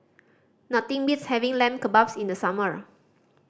nothing beats having Lamb Kebabs in the summer